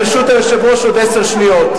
ברשות היושב-ראש עוד עשר שניות.